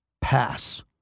pass